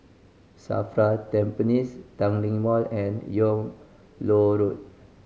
SAFRA Tampines Tanglin Mall and Yung Loh Road